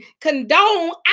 condone